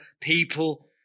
people